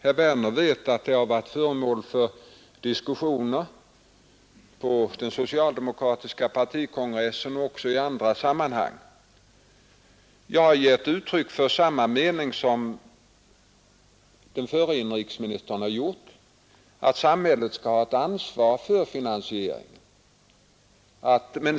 Herr Werner vet att de varit föremål för diskussioner på den socialdemokratiska partikongressen och även i andra sammanhang. Jag har gett uttryck för samma mening som den förre inrikesministern har gjort, nämligen att samhället skall ha ett ansvar för finansieringen.